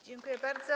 Dziękuję bardzo.